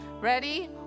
Ready